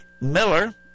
Miller